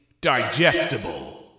Digestible